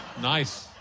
nice